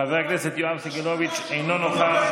חבר הכנסת יואב סגלוביץ' אינו נוכח,